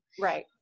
Right